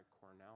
Cornell